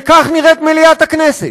וכך נראית מליאת הכנסת.